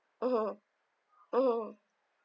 mmhmm mmhmm